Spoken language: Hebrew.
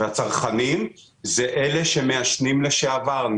הצרכנים הם אלה שמעשנים לשעבר.